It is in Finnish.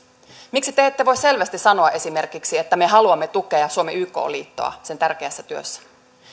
miksi te ette voi selvästi sanoa esimerkiksi että me haluamme tukea suomen yk liittoa sen tärkeässä työssä